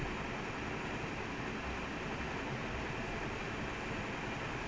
நான் கண்டிப்பா பார்க்க போறேன்:naan kandippaa paarkka poraen that match is know will show his proud face